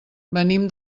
venim